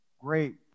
Great